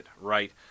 right